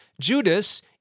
Judas